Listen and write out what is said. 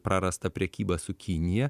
prarastą prekybą su kinija